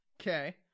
Okay